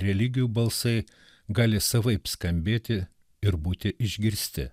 religijų balsai gali savaip skambėti ir būti išgirsti